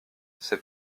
ses